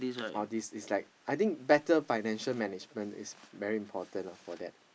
all this is like I think better financial management is very important for that